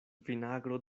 vinagro